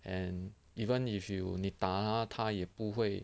and even if you 你打他他也不会